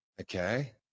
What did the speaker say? okay